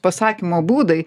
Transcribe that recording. pasakymo būdai